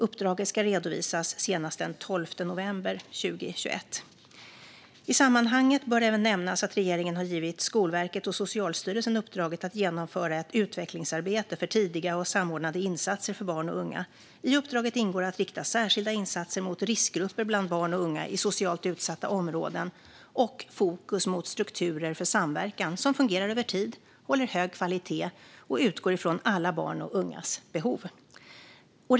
Uppdraget ska redovisas senast den 12 november 2021. I sammanhanget bör även nämnas att regeringen har givit Skolverket och Socialstyrelsen uppdraget att genomföra ett utvecklingsarbete för tidiga och samordnade insatser för barn och unga. I uppdraget ingår att rikta särskilda insatser mot riskgrupper bland barn och unga i socialt utsatta områden och fokus mot strukturer för samverkan som fungerar över tid, håller hög kvalitet och utgår från alla barns och ungas behov. Fru talman!